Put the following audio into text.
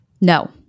No